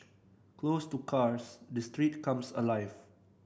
closed to cars the streets come alive